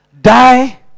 Die